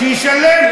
שישלם.